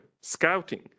scouting